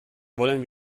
wollen